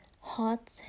hot